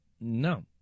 No